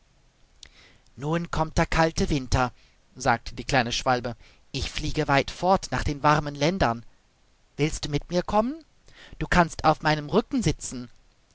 nun kommt der kalte winter sagte die kleine schwalbe ich fliege weit fort nach den warmen ländern willst du mit mir kommen du kannst auf meinem rücken sitzen